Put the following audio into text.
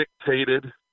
dictated